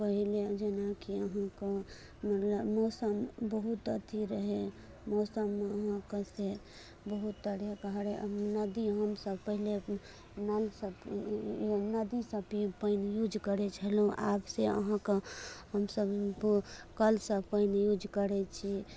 पहिने अहाँ माथ नहैतहुँ माने मौसम बहुत अथी रहै मौसममे ओहुना कष्ट बहुत बढ़िआँ कहाँ रहए नदी पहिले नल सब नहि नदी सबके पानि यूज करैत छलहुँ आब से अहाँकऽ हमसब जे कलसँ पानि यूज करैत छी